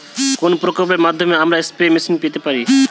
কোন প্রকল্পের মাধ্যমে আমরা স্প্রে মেশিন পেতে পারি?